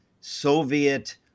Soviet